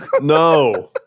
No